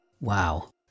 Wow